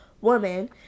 woman